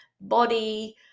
body